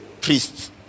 priests